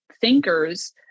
thinkers